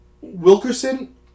Wilkerson